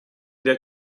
der